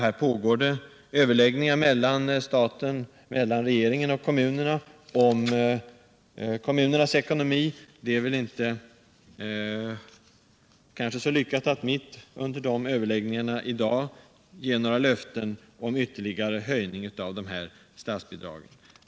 Det pågår överläggningar mellan regeringen och kommunerna om kommunernas ekonomi. Det är kanske inte så lyckat att i dag, mitt under dessa överläggningar, ge några löften om ytterligare höjningar av statsbidragen.